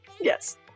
Yes